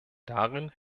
darin